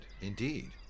indeed